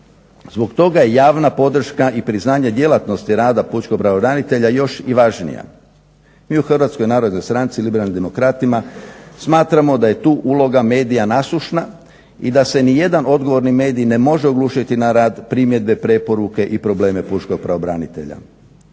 Zbog toga je javna podrška i priznanje djelatnosti rada pučkog pravobranitelja još i važnija. Mi u HNS-u Liberalnim demokratima smatramo da je tu uloga medija nasušna i da se nijedan odgovorni medij ne može oglušiti na rad, primjedbe, preporuke i probleme pučkog pravobranitelja.